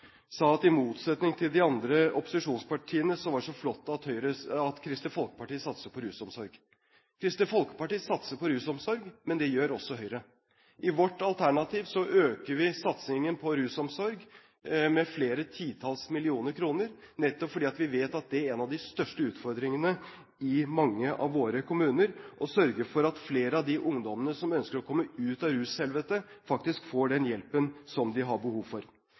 sa at i motsetning til de andre opposisjonspartiene var det så flott at Kristelig Folkeparti satser på rusomsorg. Kristelig Folkeparti satser på rusomsorg, men det gjør også Høyre. I vårt alternativ øker vi satsingen på rusomsorg med flere titalls millioner kroner, nettopp fordi vi vet at en av de største utfordringene i mange av våre kommuner er å sørge for at flere av de ungdommene som ønsker å komme ut av rushelvetet, faktisk får den hjelpen som de har behov for.